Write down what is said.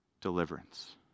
deliverance